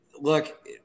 look –